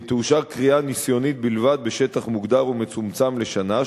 תאושר כרייה ניסיונית בלבד בשטח מוגדר ומצומצם לשנה,